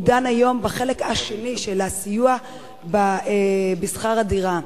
הוא דן היום בחלק השני של הסיוע בשכר הדירה.